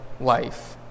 life